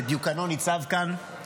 שדיוקנו ניצב כאן.